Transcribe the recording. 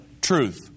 truth